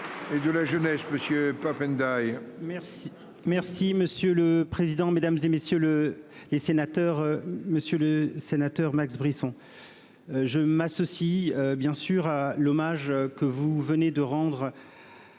merci monsieur le président, Mesdames, et messieurs le les sénateurs, monsieur le sénateur, Max Brisson. Je m'associe bien sûr l'hommage que vous venez de rendre.